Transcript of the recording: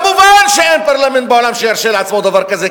מובן שאין פרלמנט בעולם שירשה לעצמו דבר כזה,